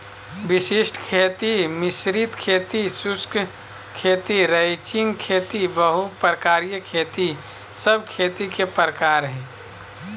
वशिष्ट खेती, मिश्रित खेती, शुष्क खेती, रैचिंग खेती, बहु प्रकारिय खेती सब खेती के प्रकार हय